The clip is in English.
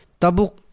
Tabuk